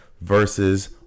versus